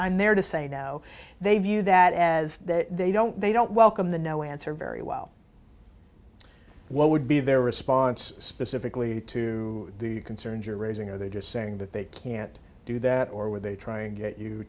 i'm there to say no they view that as that they don't they don't welcome the no answer very well what would be their response specifically to the concerns you're raising are they just saying that they can't do that or were they trying to get you